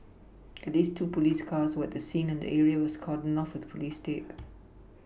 at least two police cars were the scene and the area was cordoned off with police tape